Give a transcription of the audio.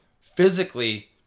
physically